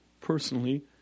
personally